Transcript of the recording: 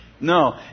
No